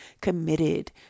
committed